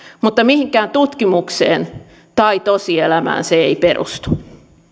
mutta mihinkään tutkimukseen tai tosielämään se ei perustu